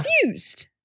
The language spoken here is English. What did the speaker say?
confused